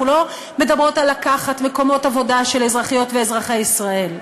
אנחנו לא מדברות על לקחת מקומות עבודה של אזרחיות ואזרחי ישראל,